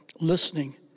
listening